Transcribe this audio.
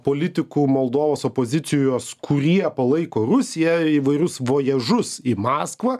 politikų moldovos opozicijos kurie palaiko rusiją įvairius vojažus į maskvą